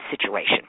situation